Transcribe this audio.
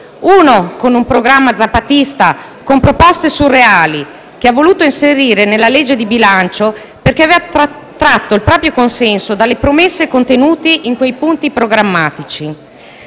uno con un programma zapatista e con proposte surreali che ha voluto inserire nella legge di bilancio, perché aveva tratto il proprio consenso dalle promesse contenute in quei punti programmatici.